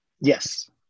Yes